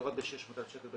דירות ב-600,000 שקל.